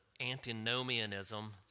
antinomianism